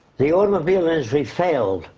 the automobile industry failed,